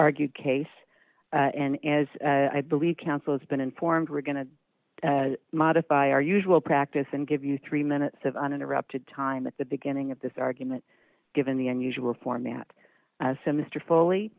argue case and as i believe counsel has been informed we're going to modify our usual practice and give you three minutes of uninterrupted time at the beginning of this argument given the unusual format simister fully